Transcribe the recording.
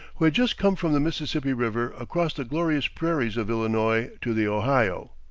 who had just come from the mississippi river across the glorious prairies of illinois to the ohio.